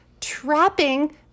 trapping